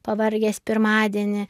pavargęs pirmadienį